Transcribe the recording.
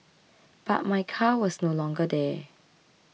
but my car was no longer there